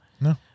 No